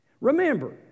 Remember